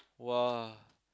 !wah!